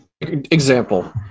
example